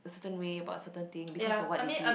certain way about a certain thing because of what they did